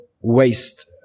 waste